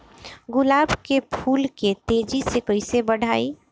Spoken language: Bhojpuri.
गुलाब के फूल के तेजी से कइसे बढ़ाई?